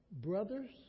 Brothers